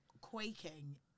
quaking